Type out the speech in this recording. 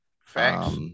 Facts